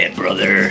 brother